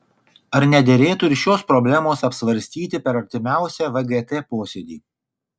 ar nederėtų ir šios problemos apsvarstyti per artimiausią vgt posėdį